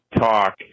talk